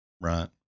right